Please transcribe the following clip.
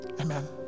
Amen